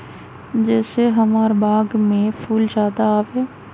जे से हमार बाग में फुल ज्यादा आवे?